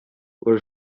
were